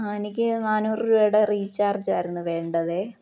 ആ എനിക്ക് നാനൂറ് രൂപയുടെ റീചാർജ് ആയിരുന്നു വേണ്ടത്